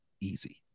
easy